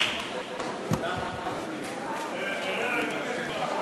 חברי הכנסת.